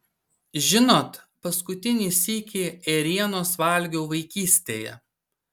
žinot paskutinį sykį ėrienos valgiau vaikystėje